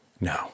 no